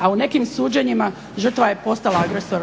a u nekim suđenjima žrtva je postala agresor.